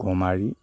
গমাৰি